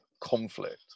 conflict